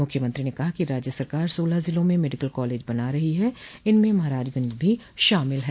मुख्यमंत्री ने कहा कि राज्य सरकार सोलह ज़िलों में मेडिकल कॉलेज बना रही है इसमे महराजगंज भी शामिल है